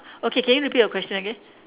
okay can you repeat your question again